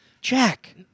Jack